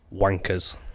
wankers